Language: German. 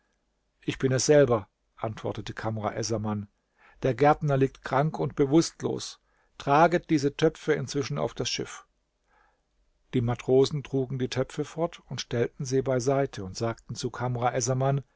ich bin es selber antwortete kamr essaman der gärtner liegt krank und bewußtlos traget diese töpfe inzwischen auf das schiff die matrosen trugen die töpfe fort und stellten sie beiseite und sagten zu